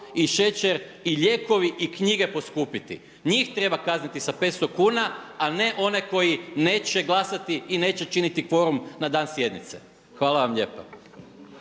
i šećer i lijekovi i knjige poskupiti. Njih treba kazniti sa 500 kuna a ne one koji neće glasati i neće činiti kvorum na dan sjednice. Hvala vam lijepo.